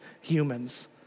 humans